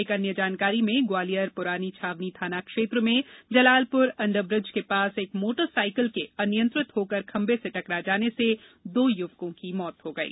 एक अन्य जानकारी में ग्वालियर पुरानी छावनी थाना क्षेत्र में जलालपुर अंडरब्रीज के पास एक मोटर साइकिल के अनियंत्रित होकर खंबे से टकरा जाने से दो युवकों की मौत हो गई